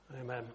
Amen